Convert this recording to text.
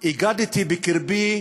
איגדתי בקרבי